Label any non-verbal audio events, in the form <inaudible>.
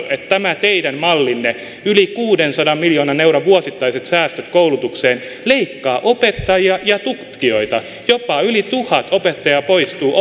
<unintelligible> että tämä teidän mallinne yli kuudensadan miljoonan euron vuosittaiset säästöt koulutukseen leikkaa opettajia ja tutkijoita jopa yli tuhat opettajaa poistuu <unintelligible>